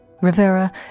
Rivera